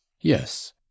yes